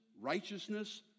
righteousness